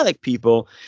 people